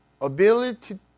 Ability